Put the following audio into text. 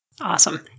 Awesome